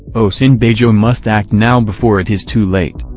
osinbajo must act now before it is too late.